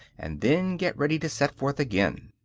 and then get ready to set forth again.